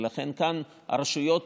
ולכן כאן הרשויות,